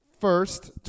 first